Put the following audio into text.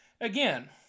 again